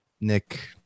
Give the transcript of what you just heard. nick